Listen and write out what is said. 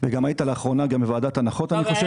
וגם היית לאחרונה בוועדת הנחות.